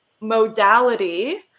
modality